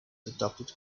adopted